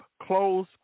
close